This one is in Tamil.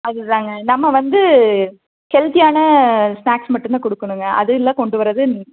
அது தாங்க நம்ம வந்து ஹெல்த்தியான ஸ்நேக்ஸ் மட்டும்தான் கொடுக்கணுங்க அது எல்லாம் கொண்டு வரது